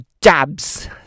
dabs